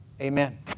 Amen